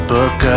Book